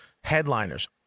headliners